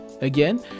Again